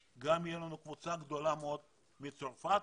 תהיה לנו גם קבוצה גדולה מאוד של עולים מצרפת.